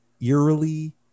eerily